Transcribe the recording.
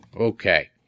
Okay